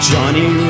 Johnny